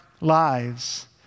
lives